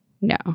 No